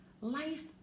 life